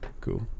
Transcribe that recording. Cool